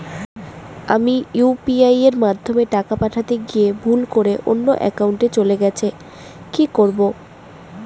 আমি ইউ.পি.আই মাধ্যমে টাকা পাঠাতে গিয়ে ভুল করে অন্য একাউন্টে চলে গেছে কি করব?